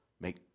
make